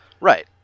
Right